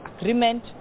agreement